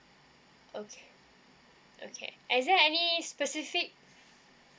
okay okay is there any specific